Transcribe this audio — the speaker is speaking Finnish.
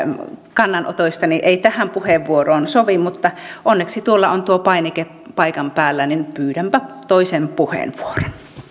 kannanotoistani ei tähän puheenvuoroon sovi mutta onneksi tuolla on tuo painike paikan päällä niin että pyydänpä toisen puheenvuoron